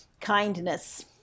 kindness